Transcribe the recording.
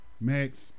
Max